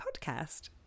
podcast